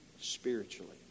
spiritually